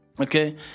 Okay